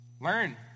Learn